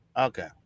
Okay